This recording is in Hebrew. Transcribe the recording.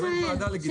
הצבעה בעד,